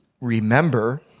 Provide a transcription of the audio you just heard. Remember